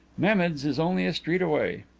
mehmed's is only a street away.